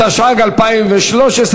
התשע"ג 2013,